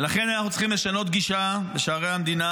ולכן אנחנו צריכים לשנות גישה בשערי המדינה,